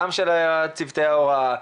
גם של צוותי הוראה,